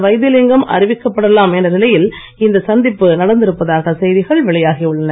வைத்திலிங்கம் அறிவிக்கப்படலாம் என்ற நிலையில் இந்த சந்திப்பு நடந்திருப்பதாக செய்திகள் வெளியாகியுள்ளன